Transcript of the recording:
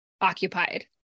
occupied